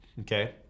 okay